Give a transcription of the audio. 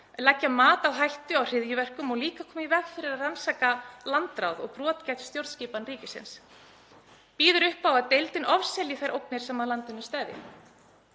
leggja mat á hættu á hryðjuverkum og líka koma í veg fyrir og rannsaka landráð og brot gegn stjórnskipan ríkisins. Það býður upp á að deildin ofselji þær ógnir sem að landinu steðja.